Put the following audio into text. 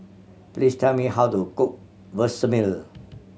please tell me how to cook Vermicelli